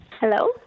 Hello